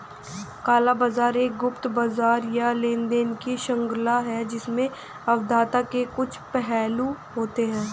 काला बाजार एक गुप्त बाजार या लेनदेन की श्रृंखला है जिसमें अवैधता के कुछ पहलू होते हैं